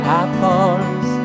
apples